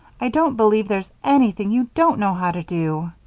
i don't believe there's anything you don't know how to do.